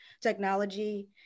technology